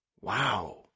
Wow